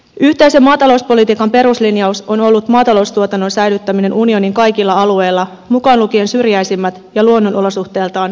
yhteisen maatalouspolitiikan peruslinjaus on ollut maataloustuotannon säilyttäminen unionin kaikilla alueilla mukaan lukien syrjäisimmät ja luonnonolosuhteiltaan vaikeammatkin alueet